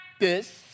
practice